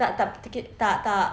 tak tak tak tak